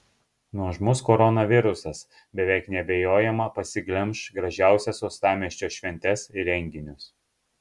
nuožmus koronavirusas beveik neabejojama pasiglemš gražiausias uostamiesčio šventes ir renginius